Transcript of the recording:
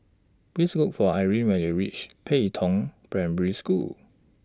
Please Look For Irene when YOU REACH Pei Tong Primary School